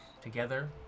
together